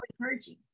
encouraging